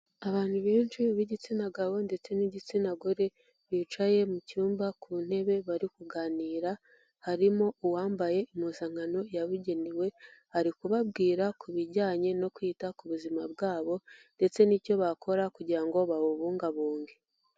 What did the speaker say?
Abantu benshi b'igitsina gabo ndetse n'igitsina gore bicaye mu cyumba ku ntebe bari kuganira, harimo uwambaye impuzankano yabugenewe ari kubabwira ku bijyanye no kwita ku buzima bwabo ndetse n'icyo bakora kugira ngo babubungabunge.